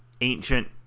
ancient